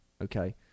okay